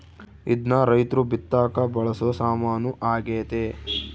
ಇದ್ನ ರೈರ್ತು ಬಿತ್ತಕ ಬಳಸೊ ಸಾಮಾನು ಆಗ್ಯತೆ